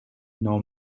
nor